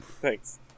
Thanks